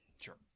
Sure